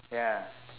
ya